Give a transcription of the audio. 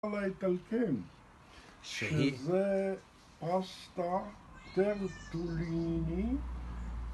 האיטלקים, שזה פסטה טרסוליני